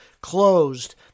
Closed